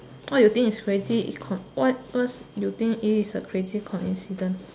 what you think is crazy what what you think it is a crazy coincidence